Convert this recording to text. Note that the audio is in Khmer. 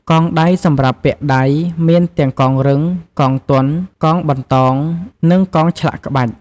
កងដៃ សម្រាប់ពាក់ដៃ មានទាំងកងរឹង កងទន់ កងបន្តោង និងកងឆ្លាក់ក្បាច់។